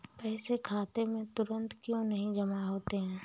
पैसे खाते में तुरंत क्यो नहीं जमा होते हैं?